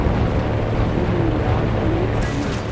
अभी न्यूयार्क में समय